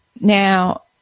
Now